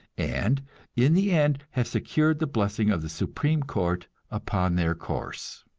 and in the end have secured the blessing of the supreme court upon their course.